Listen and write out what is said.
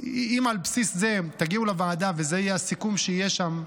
אם על בסיס זה תגיעו לוועדה וזה יהיה הסיכום שיהיה שם,